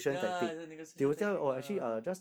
ya it's a negotiation tactic lah